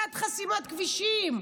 בעד חסימת כבישים,